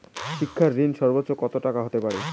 শিক্ষা ঋণ সর্বোচ্চ কত টাকার হতে পারে?